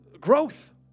growth